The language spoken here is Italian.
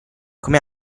come